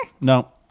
No